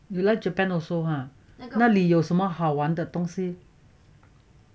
you like japan also !huh! 那里有什么好玩的东西